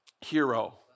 hero